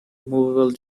movable